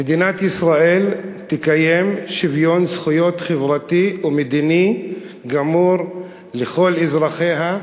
"מדינת ישראל תקיים שוויון זכויות חברתי ומדיני גמור לכל אזרחיה,